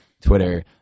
twitter